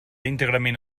íntegrament